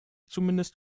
zumindest